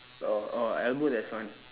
orh orh elbow there's one